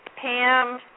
Pam